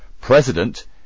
President